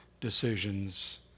decisions